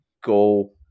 go